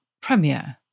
premiere